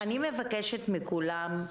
אני מבקשת מכולם,